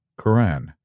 Quran